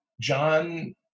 John